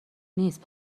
نیست